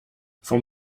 vom